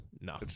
no